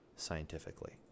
scientifically